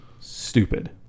stupid